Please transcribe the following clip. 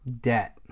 debt